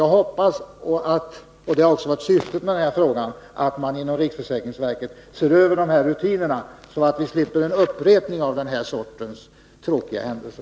Jag hoppas att man inom riksförsäkringsverket — det har varit syftet med den här frågan — ser över rutinerna så att vi slipper upprepningar av den här sortens tråkiga händelser.